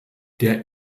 der